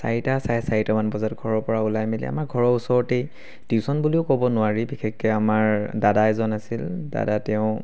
চাৰিটা চাৰে চাৰিটামান বজাত ঘৰৰ পৰা ওলাই মেলি এই আমাৰ ঘৰৰ ওচৰতেই টিউশ্যন বুলিও ক'ব নোৱাৰি বিশেষকৈ আমাৰ দাদা এজন আছিল দাদা তেওঁ